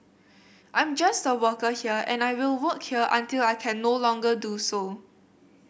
I'm just a worker here and I will work here until I can no longer do so